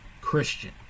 Christian